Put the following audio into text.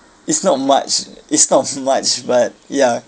it's not much it's not much but ya